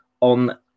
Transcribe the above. on